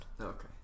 okay